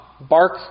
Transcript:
bark